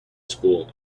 school